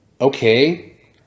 Okay